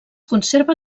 conserva